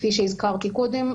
כפי שהזכרתי קודם,